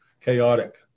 chaotic